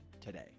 today